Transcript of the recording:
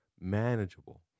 manageable